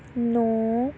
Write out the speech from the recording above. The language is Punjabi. ਨੌਂ